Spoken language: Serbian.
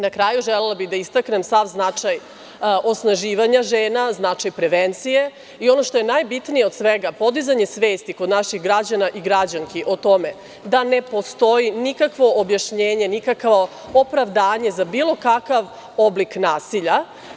Na kraju, želela bih da istaknem sam značaj osnaživanja žena, značaj prevencije i ono što je najbitnije od svega, podizanje svesti kod naših građana i građanki o tome da ne postoji nikakvo objašnjenje, nikakvo opravdanje za bilo kakav oblik nasilja.